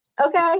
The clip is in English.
okay